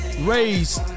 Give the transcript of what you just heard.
raised